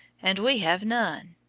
and we have none.